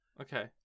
Okay